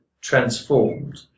transformed